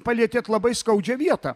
palietėt labai skaudžią vietą